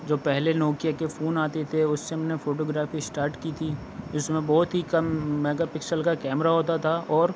جو پہلے نوکیا کے فون آتے تھے اس سے ہم نے فوٹوگرافی اسٹاٹ کی تھی جس میں بہت ہی کم میگا پکسل کا کیمرا ہوتا تھا اور